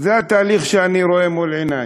זה התהליך שאני רואה מול עיני.